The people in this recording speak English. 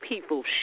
people